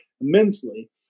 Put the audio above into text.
immensely